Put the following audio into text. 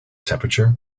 temperature